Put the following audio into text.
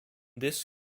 this